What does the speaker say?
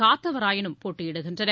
காத்தவராயனும் போட்டியிடுகின்றனர்